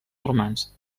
normands